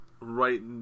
right